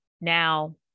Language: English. Now